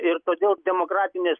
ir todėl demokratinės